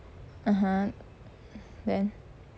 (uh huh) then